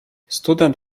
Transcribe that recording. student